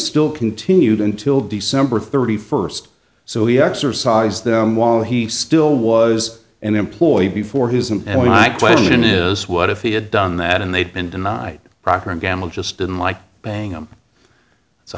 still continued until december thirty first so he exercised them while he still was an employee before his and my question is what if he had done that and they've been denied proctor and gamble just didn't like paying him it's a